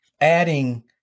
adding